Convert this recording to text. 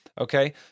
Okay